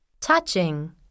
Touching